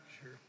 Sure